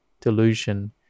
delusion